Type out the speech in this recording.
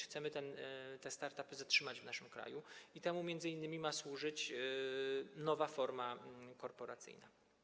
Chcemy te start-upy zatrzymać w naszym kraju i temu m.in. ma służyć nowa forma korporacyjna.